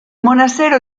monastero